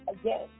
again